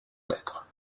maître